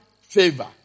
favor